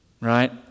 right